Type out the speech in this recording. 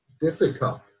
difficult